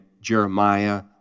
Jeremiah